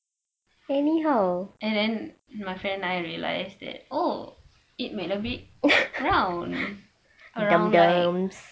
and then my friend and I realise that oh it make a bit round around like